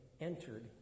entered